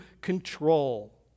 control